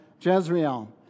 Jezreel